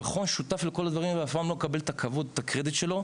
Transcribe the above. המכון שותף לכל הדברים ואף פעם לא מקבל את הכבוד ואת הקרדיט שלו,